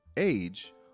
Age